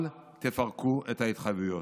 אל תפרקו את ההתחייבויות.